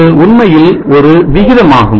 அது உண்மையில் ஒரு விகிதமாகும்